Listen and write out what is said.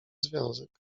związek